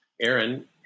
Aaron